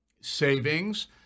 savings